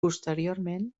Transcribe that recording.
posteriorment